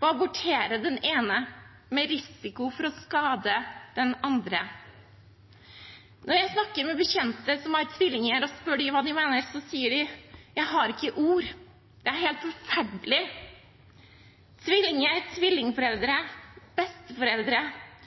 få abortere den ene med risiko for å skade den andre? Når jeg snakker med bekjente som har tvillinger, og spør dem hva de mener, sier de: Jeg har ikke ord, det er helt forferdelig. Det sier tvillinger,